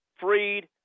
Freed